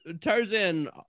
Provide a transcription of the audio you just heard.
Tarzan